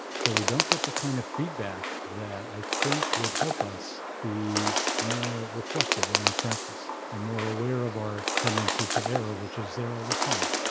so we don't get the kind of feedback that i think would help us be more reflective in our practice and more aware of our tendency to error, which is there all the time.